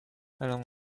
along